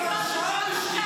כן,